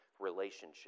relationship